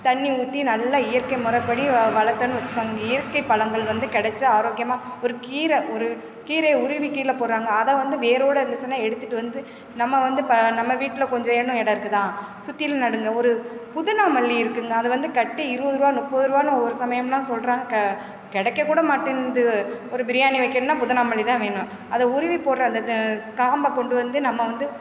தண்ணி ஊற்றி நல்லா இயற்கை முறைப்படி வளர்த்தன்னு வச்சிக்கோங்க இயற்கைப் பழங்கள் வந்து கிடச்சி ஆரோக்கியமாக ஒரு கீரை ஒரு கீரையை உருவி கீழே போடுறாங்க அதை வந்து வேரோட இருந்துச்சுனால் எடுத்துட்டு வந்து நம்ம வந்து ப நம்ம வீட்டில கொஞ்ச ஏனு இடம் இருக்குதா சுற்றிலும் நடுங்கள் ஒரு புதினா மல்லி இருக்குங்க அது வந்து கட்டு இருபது ரூபா முப்பது ரூபான்னு ஒரு சமயம்லாம் சொல்கிறாங்க க கிடைக்கக்கூட மாட்டேன்து ஒரு பிரியாணி வைக்கணும்னா புதினா மல்லி தான் வேணும் அதை உருவிப் போடுற அந்தது காம்பை கொண்டு வந்து நம்ம வந்து